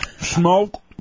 smoke